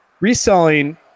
reselling